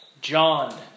John